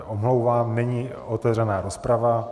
Omlouvám se, není otevřená rozprava.